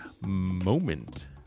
moment